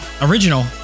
original